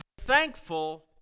Thankful